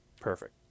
perfect